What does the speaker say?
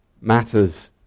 matters